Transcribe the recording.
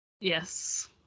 Yes